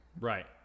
right